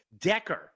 Decker